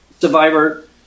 Survivor